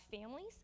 families